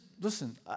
listen